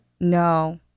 No